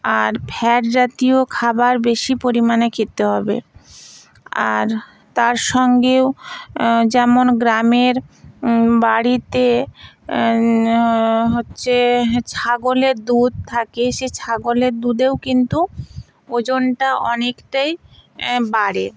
আর fat জাতীয় খাবার বেশি পরিমাণে খেতে হবে আর তার সঙ্গেও যেমন গ্রামের বাড়িতে হচ্ছে ছাগলের দুধ থাকে সেই ছাগলের দুধেও কিন্তু ওজনটা অনেকটাই বাড়ে